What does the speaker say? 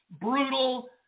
brutal